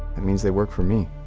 that means they work for me.